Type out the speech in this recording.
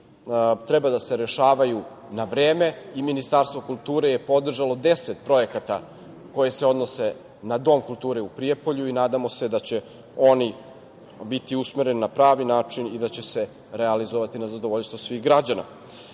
treba da se rešavaju na vreme. Ministarstvo kulture je podržalo deset projekta koji se odnose na Dom kulture u Prijepolju i nadamo se da će oni biti usmereni na pravi način i da će se realizovati na zadovoljstvo svih